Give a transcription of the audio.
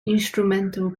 instrumental